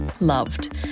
loved